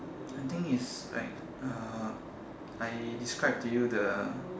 I think it's like uh I describe to you the